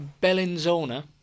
Bellinzona